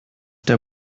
der